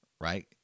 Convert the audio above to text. right